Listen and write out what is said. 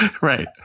Right